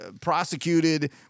prosecuted